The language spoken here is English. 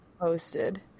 posted